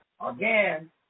Again